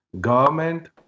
government